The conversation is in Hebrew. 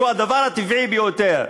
שהוא הדבר הטבעי ביותר.